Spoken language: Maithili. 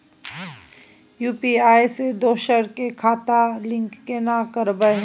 यु.पी.आई से दोसर के खाता लिंक केना करबे?